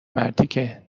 مرتیکه